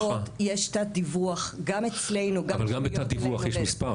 יש תת דיווח גם אצלנו --- אבל גם בתת דיווח יש מספר.